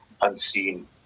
unseen